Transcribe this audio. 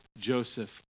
Joseph